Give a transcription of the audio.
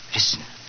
Listen